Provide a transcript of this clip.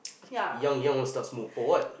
young young want start smoke for what